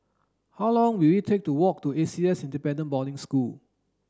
how long will it take to walk to A C S Dependent Boarding School